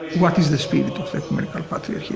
what is the spirit of ecumenical patriarchy?